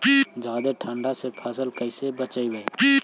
जादे ठंडा से फसल कैसे बचइबै?